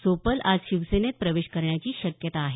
सोपल आज शिवसेनेत प्रवेश करण्याची शक्यता आहे